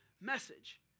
message